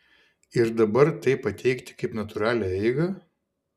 ir dabar tai pateikti kaip natūralią eigą